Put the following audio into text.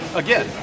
again